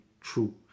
true